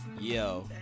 Yo